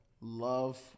love